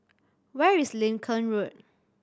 where is Lincoln Road